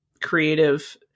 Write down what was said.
creative